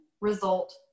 result